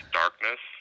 darkness